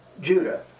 Judah